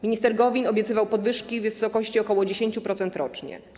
Minister Gowin obiecywał podwyżki w wysokości ok. 10% rocznie.